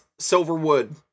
Silverwood